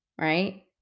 right